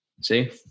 See